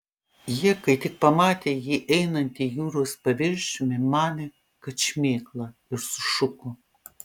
jie kai tik pamatė jį einantį jūros paviršiumi manė kad šmėkla ir sušuko